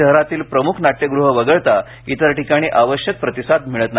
शहरातील प्रमुख नाट्यगृह वगळता इतर ठिकाणी आवश्यक प्रतिसाद मिळत नाही